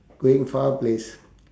going far place